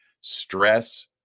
stress